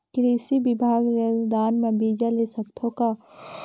कृषि विभाग ले अनुदान म बीजा ले सकथव का?